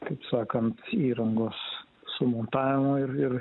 kaip sakant įrangos sumontavimo ir ir